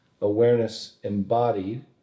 Awareness-embodied